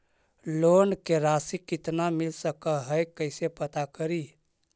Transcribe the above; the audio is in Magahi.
लोन के रासि कितना मिल सक है कैसे पता करी?